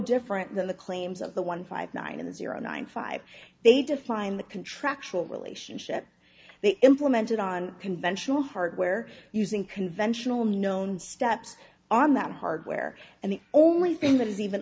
different than the claims of the one five nine and zero nine five they define the contractual relationship they implemented on conventional hardware using conventional known steps on that hardware and the only thing that is even